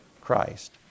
Christ